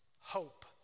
hope